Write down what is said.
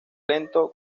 lento